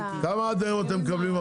בעצם אנחנו, את רוצה להסביר?